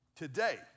Today